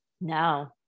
No